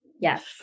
Yes